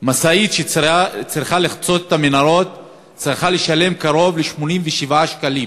משאית שצריכה לחצות את המנהרות צריכה לשלם קרוב ל-87 שקלים